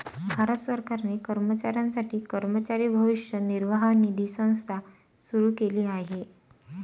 भारत सरकारने कर्मचाऱ्यांसाठी कर्मचारी भविष्य निर्वाह निधी संस्था सुरू केली आहे